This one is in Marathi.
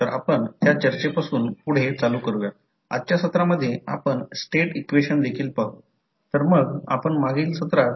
∅1 हा कॉइल 1 मधून येणारा फ्लक्स आहे आणि ∅11 हा कॉइल 1 ला लिंक करणारा घटक आहे आणि ∅12 कॉइल 1 आणि कॉइल 2 ला लिंक करणारा घटक आहे हे मी सांगितले आहे